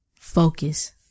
Focus